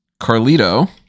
Carlito